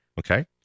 Okay